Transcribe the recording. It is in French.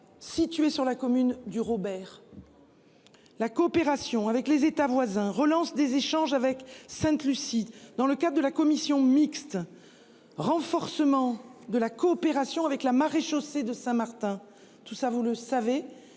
situé sur la commune du Robert. La coopération avec les États voisins relance des échanges avec. Lucie, dans le cas de la commission mixte. Renforcement de la coopération avec la maréchaussée de Saint-Martin. Tout ça vous le savez,